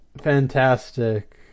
fantastic